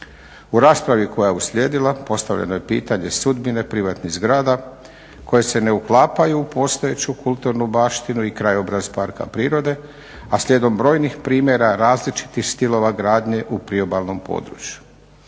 U raspravi koja je uslijedila postavljeno je pitanje sudbine privatnih zgrada koje se ne uklapaju u postojeću kulturnu baštinu i krajobraz parka prirode a slijedom brojnih primjera različitih stilova gradnje u priobalnom području.